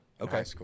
Okay